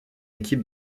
équipe